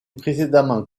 précédemment